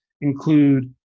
include